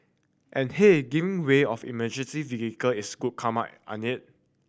and hey giving way of emergency vehicle is good karma ain't it